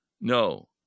No